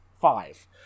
Five